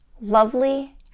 lovely